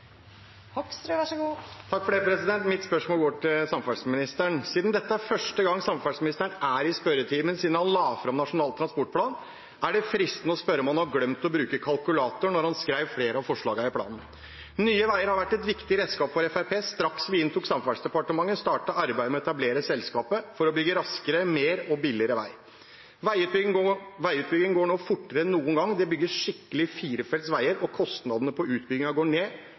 Mitt spørsmål går til samferdselsministeren: Siden dette er første gang samferdselsministeren er i spørretimen siden han la fram Nasjonal transportplan, er det fristende å spørre om han glemte å bruke kalkulatoren da han skrev flere av forslagene i planen. Nye Veier har vært et viktig redskap for Fremskrittspartiet. Straks vi inntok Samferdselsdepartementet, startet arbeidet med å etablere selskapet for å bygge raskere, mer og billigere vei. Veiutbyggingen går nå fortere enn noen gang. Det bygges skikkelige firefelts veier, og kostnadene på utbyggingen går ned,